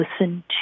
listen